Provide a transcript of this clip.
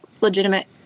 legitimate